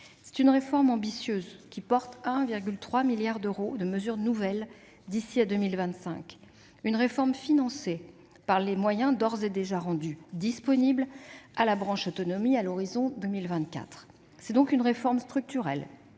d'une réforme ambitieuse, qui repose sur 1,3 milliard d'euros de mesures nouvelles d'ici à 2025 et qui est financée par les moyens d'ores et déjà rendus disponibles pour la branche autonomie à l'horizon de 2024. Cette réforme structurelle